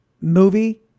movie